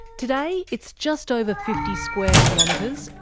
today it's just over fifty square kilometres,